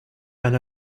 and